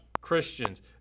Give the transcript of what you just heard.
Christians